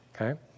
Okay